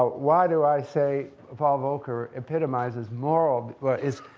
why do i say paul volcker epitomizes moral, well it's,